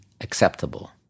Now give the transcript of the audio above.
acceptable